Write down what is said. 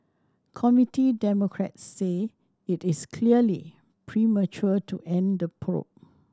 Committee Democrats say it is clearly premature to end the probe